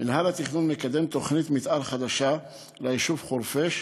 מינהל התכנון מקדם תוכנית מתאר חדשה ליישוב חורפיש,